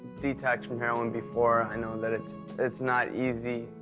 detox from heroin before, i know that it's it's not easy.